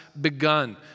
begun